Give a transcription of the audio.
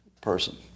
person